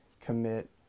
commit